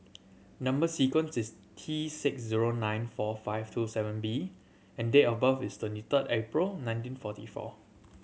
number sequence is T six zero nine four five two seven B and date of birth is twenty third April nineteen forty four